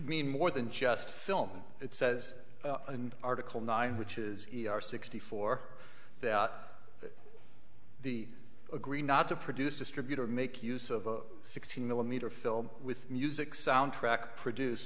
mean more than just film it says and article nine which is our sixty four that out the agree not to produce distributor make use of a sixteen millimeter film with music soundtrack produce